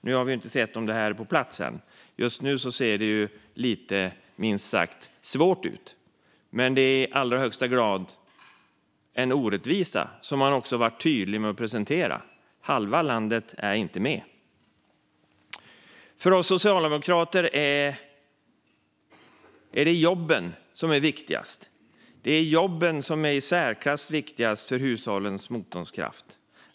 Vi har inte sett detta på plats, och just nu ser det minst sagt svårt ut. Men det är i allra högsta grad en orättvisa, som man har varit tydlig med att presentera: Halva landet är inte med. För oss socialdemokrater är jobben i särklass viktigast för hushållens motståndskraft.